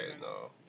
no